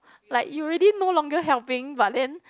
like you already no longer helping but then